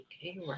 Okay